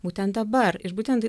būtent dabar ir būtent